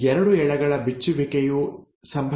ಈ ಎರಡು ಎಳೆಗಳ ಬಿಚ್ಚುವಿಕೆಯು ಸಂಭವಿಸಬೇಕಾಗಿದೆ